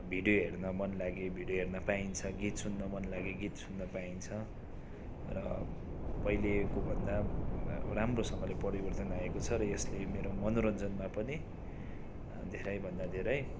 video हेर्न मन लागे भिडियो हेर्न पाइन्छ गीत सुन्न मन लागे गीत सुन्न पाइन्छ र पहिलेको भन्दा राम्रोसँगले परिवर्तन आएको छ र यसले मेरो मनोरञ्जनमा पनि धेरैभन्दा धेरै